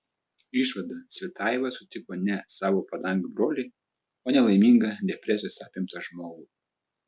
išvada cvetajeva sutiko ne savo padangių brolį o nelaimingą depresijos apimtą žmogų